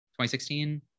2016